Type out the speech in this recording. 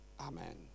amen